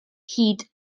hyd